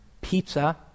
pizza